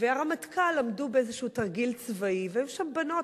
והרמטכ"ל עמדו באיזשהו תרגיל צבאי והיו שם בנות,